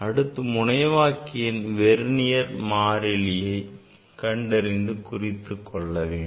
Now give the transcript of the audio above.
அடுத்து முனைவாக்கியின் வெர்னியர் மாறிலியை கண்டறிந்து குறித்துக் கொள்ள வேண்டும்